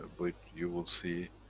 ah but you will see,